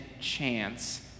chance